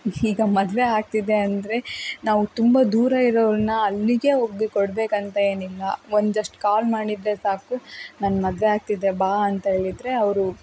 ಈಗ ಮದುವೆ ಆಗ್ತಿದೆ ಅಂದರೆ ನಾವು ತುಂಬ ದೂರ ಇರೋರನ್ನು ಅಲ್ಲಿಗೇ ಹೋಗ್ಕೊಡ್ಬೇಕು ಅಂತಯೇನಿಲ್ಲ ಒಂದು ಜಸ್ಟ್ ಕಾಲ್ ಮಾಡಿದರೆ ಸಾಕು ನನ್ನ ಮದುವೆ ಆಗ್ತಿದೆ ಬಾ ಅಂತ ಹೇಳಿದರೆ ಅವರು